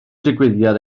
digwyddiad